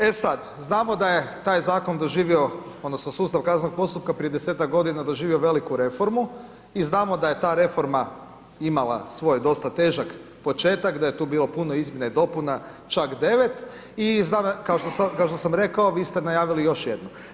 E sada znamo da je sada taj zakon doživio, odnosno, sustav kaznenog postupka, prije 10-tak godina doživio veliku reformu i znamo da je ta reforma imala svoj dosta težak početak da je tu bilo puno izmjena i dopuna, čak 9 i znam kao što sam rekao, vi ste najavili još jednu.